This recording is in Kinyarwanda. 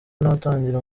natangira